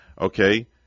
okay